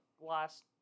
last